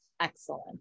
excellent